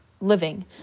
living